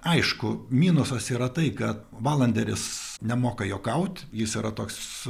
aišku minusas yra tai kad valanderis nemoka juokaut jis yra toks